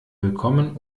willkommen